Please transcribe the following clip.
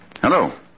Hello